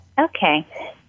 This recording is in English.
Okay